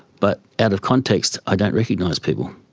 but out of context i don't recognise people.